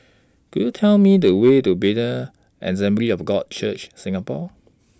Could YOU Tell Me The Way to Bethel Assembly of God Church Singapore